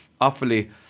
awfully